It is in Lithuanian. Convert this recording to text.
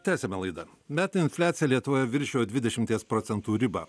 tęsiame laidą metų infliacija lietuvoje viršijo dvidešimties procentų ribą